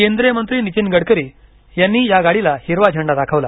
केंद्रीय मंत्री नीतीन गडकरी यांनी या गाडीला हिरवी झेंडा दाखवला